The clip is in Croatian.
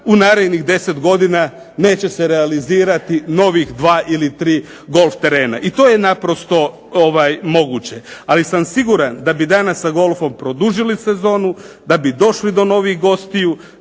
u narednih 10 godina neće se realizirati novih 2 ili 3 golf terena, i to je naprosto moguće. Ali sam siguran da bi danas sa golfom produžili sezonu, da bi došli do novih gostiju,